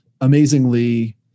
amazingly